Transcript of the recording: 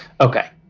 Okay